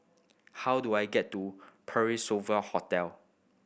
how do I get to Parc Sovereign Hotel